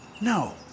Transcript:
No